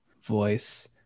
voice